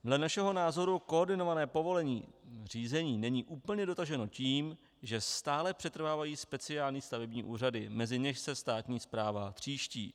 Dle našeho názoru koordinované povolení k řízení není úplně dotaženo tím, že stále přetrvávají speciální stavební úřady, mezi něž se státní správa tříští.